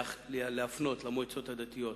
להפנות למועצות הדתיות,